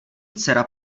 dcera